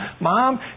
Mom